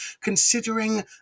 considering